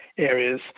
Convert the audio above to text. areas